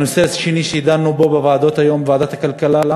הנושא השני שדנו בו היום, בוועדת הכלכלה,